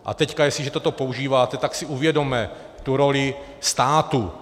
A teď jestliže toto používáte, tak si uvědomme tu roli státu.